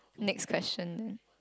next question